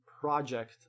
project